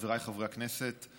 חבריי חברי הכנסת,